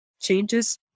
changes